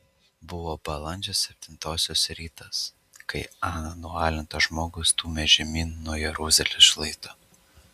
buvo balandžio septintosios rytas kai aną nualintą žmogų stūmė žemyn nuo jeruzalės šlaito